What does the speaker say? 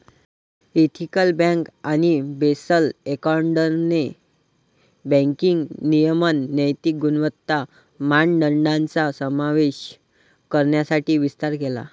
ethical bank आणि Basel एकॉर्डने banking नियमन नैतिक गुणवत्ता मानदंडांचा समावेश करण्यासाठी विस्तार केला